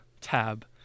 tab